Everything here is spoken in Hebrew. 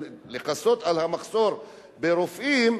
ולכסות על המחסור ברופאים,